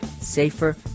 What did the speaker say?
safer